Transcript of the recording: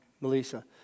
Melissa